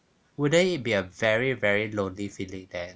wouldn't it be a very very lonely feeling then